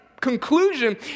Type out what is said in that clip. conclusion